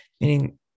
Meaning